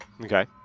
Okay